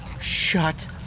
Shut